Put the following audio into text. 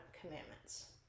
Commandments